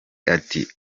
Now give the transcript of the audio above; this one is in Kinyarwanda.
ati